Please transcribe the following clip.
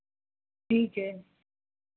ठीक है